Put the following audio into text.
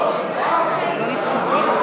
ההסתייגויות לסעיף 01, נשיא המדינה ולשכתו,